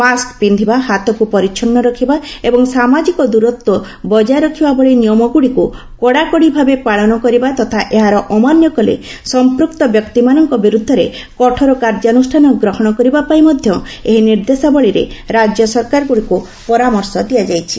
mask ପିନ୍ଧିବା ହାତକୁ ପରିଚ୍ଛନ ରଖିବା ଏବଂ ସାମାଜିକ ଦୂରତ୍ୱ ବଜାୟ ରଖିବା ଭଳି ନିୟମଗୁଡିକୁ କଡାକଡିଭାବେ ପାଳନ କରିବା ତଥା ଏହାର ଅମାନ୍ୟ କଲେ ସମ୍ପୂକ୍ତ ବ୍ୟକ୍ତିମାନଙ୍କ ବିରୁଦ୍ଧରେ କଠୋର କାର୍ଯ୍ୟାନୁଷ୍ଠାନ ଗ୍ରହଣ କରିବା ପାଇଁ ମଧ୍ୟ ଏହି ନିର୍ଦ୍ଦେଶାବଳୀରେେ ରାଜ୍ୟ ସରକାରଗୁଡିକୁ ପରାମର୍ଶ ଦିଆଯାଇଛି